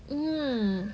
mm